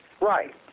Right